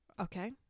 Okay